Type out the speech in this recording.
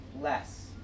less